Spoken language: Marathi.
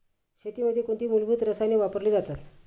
शेतीमध्ये कोणती मूलभूत रसायने वापरली जातात?